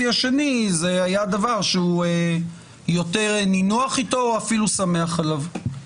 השני זה היה דבר שהוא יותר נינוח איתו ואפילו שמח עליו.